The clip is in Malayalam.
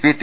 P T